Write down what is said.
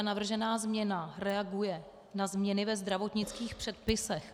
Navržená změna reaguje na změny ve zdravotnických předpisech.